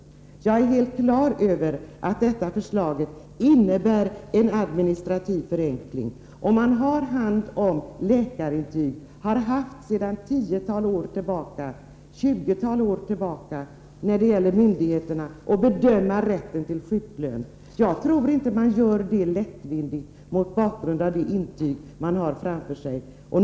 Jag är helt på det klara med att detta förslag innebär en administrativ förenkling. När det gäller myndigheterna så tror jag inte att man, om man har hand om läkarintyg och sedan ett 20-tal år tillbaka har haft att bedöma rätten till sjuklön, gör det lättvindigt mot bakgrund av det intyg man har framför sig.